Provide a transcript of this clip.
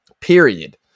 period